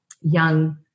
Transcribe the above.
young